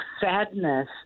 sadness